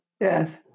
Yes